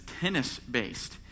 tennis-based